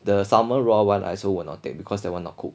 the salmon raw one I also will not take because that one not cooked